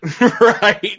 Right